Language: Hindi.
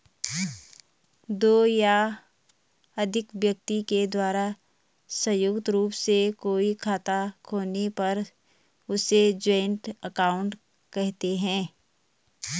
दो या अधिक व्यक्ति के द्वारा संयुक्त रूप से कोई खाता खोलने पर उसे जॉइंट अकाउंट कहते हैं